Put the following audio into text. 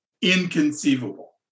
inconceivable